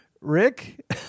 Rick